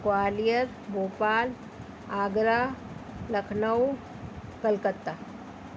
Gwalior Bhopal Agra Lucknow Kolkata